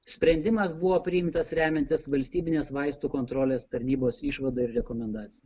sprendimas buvo priimtas remiantis valstybinės vaistų kontrolės tarnybos išvada ir rekomendacija